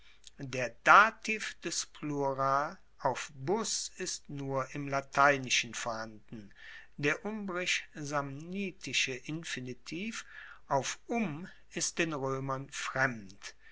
der dativ des plural auf bus ist nur im lateinischen vorhanden der umbrisch samnitische infinitiv auf um ist den roemern fremd